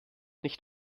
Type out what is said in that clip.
nicht